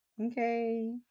okay